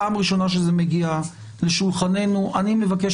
פעם ראשונה שהנושא הזה מגיע לשולחננו ואני מבקש